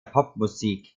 popmusik